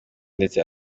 ndetse